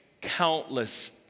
countless